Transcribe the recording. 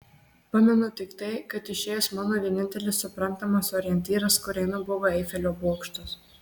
pamenu tik tai kad išėjus mano vienintelis suprantamas orientyras kur einu buvo eifelio bokštas